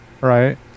Right